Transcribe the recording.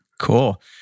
Cool